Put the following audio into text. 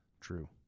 True